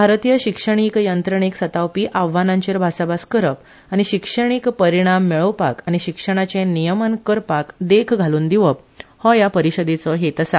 भारतीय शिक्षणीक यंत्रमेक सतावपी आव्हानांचेर भासाभास करप आनी शिक्षणीक परिणाम मेळोवपाक आनी शिक्षणाचे मियमन करपाक देख घालून दिवप हो हया परिशदेचो हेत आसा